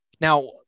Now